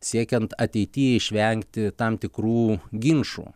siekiant ateity išvengti tam tikrų ginčų